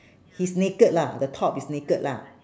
he's naked lah the top is naked lah